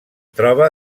troba